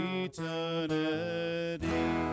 eternity